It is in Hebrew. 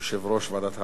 יושב-ראש ועדת העבודה,